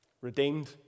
redeemed